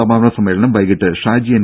സമാപന സമ്മേളനം വൈകീട്ട് ഷാജി എൻ